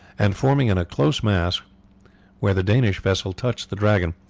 and forming in a close mass where the danish vessel touched the dragon,